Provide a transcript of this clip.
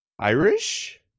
Irish